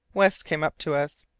west came up to us.